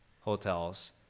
hotels